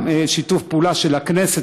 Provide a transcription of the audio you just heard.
בשיתוף פעולה של הכנסת.